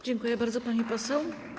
Dziękuję bardzo, pani poseł.